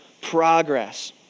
progress